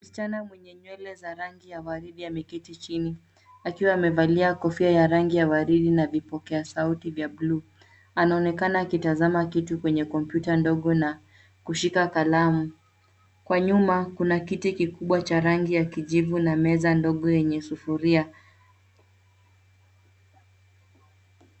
Msichana mwenye nywele za rangi ya waridi ameketi chini akiwa amevalia kofia ya rangi ya waridi na vipokea sauti vya buluu. Anaonekana akitazama kitu kwenye kompyuta ndogo na kushika kalamu. Kwa nyuma, kuna kiti kikubwa cha rangi ya kijivu na meza ndogo yenye sufuria.